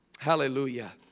Hallelujah